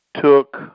took